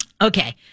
okay